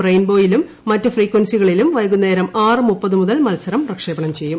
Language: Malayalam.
റെയിൻബോയിലും മറ്റ് ഫ്രീക്വൻസികളിലും വൈകുന്നേരം പ്രക്ഷേപണംചെയ്യും